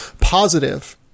positive